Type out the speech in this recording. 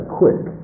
quick